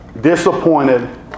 disappointed